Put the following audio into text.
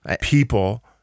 people